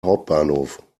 hauptbahnhof